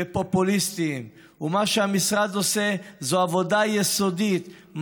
ומה שהמשרד עושה זה עבודה יסודית,